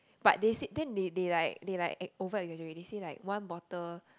but they said then they they like they like over exaggerate they say like one bottle